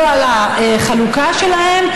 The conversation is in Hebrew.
לא על החלוקה שלהם,